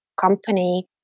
company